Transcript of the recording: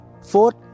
fourth